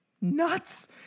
Nuts